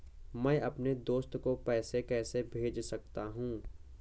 मैं अपने दोस्त को पैसे कैसे भेज सकता हूँ?